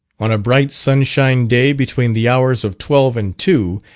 on a bright sunshine day, between the hours of twelve and two,